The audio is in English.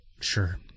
Sure